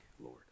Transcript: Lord